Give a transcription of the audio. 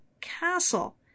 castle